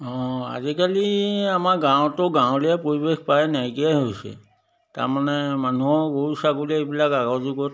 অঁ আজিকালি আমাৰ গাঁৱতো গাঁৱলীয়া পৰিৱেশ প্ৰায় নাইকিয়াই হৈছে তাৰমানে মানুহৰ গৰু ছাগলী এইবিলাক আগৰ যুগত